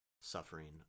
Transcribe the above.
suffering